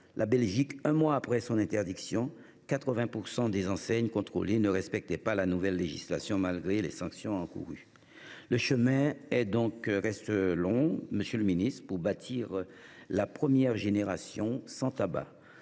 en Belgique, un mois après leur interdiction, 80 % des enseignes contrôlées ne respectaient pas la nouvelle législation, malgré les sanctions encourues. Monsieur le ministre, le chemin reste donc long pour bâtir la première génération sans tabac.